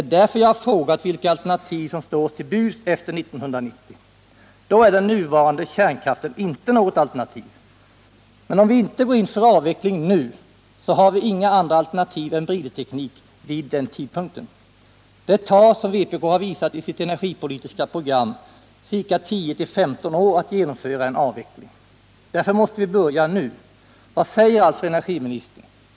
Därför har jag frågat vilka alternativ som står oss till buds efter 1990. Då är den nuvarande kärnkraften inte något alternativ. Men om vi inte går in för en avveckling nu så har vi inga andra alternativ än bridteknik vid den tidpunkten. Det tar, som vpk har visat i sitt energipolitiska program, 10-15 år att genomföra en avveckling. Därför måste vi börja nu. Vad säger alltså energiministern?